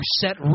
set